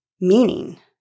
Meaning